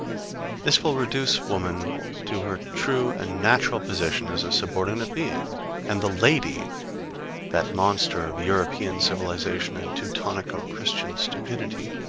this will reduce woman to her true and natural position as a subordinate being and the lady that monster of european civilization and teutonico-christian stupidity